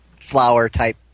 flower-type